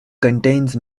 contains